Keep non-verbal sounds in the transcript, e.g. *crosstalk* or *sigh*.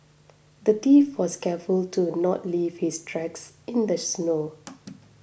the thief was careful to not leave his tracks in the snow *noise*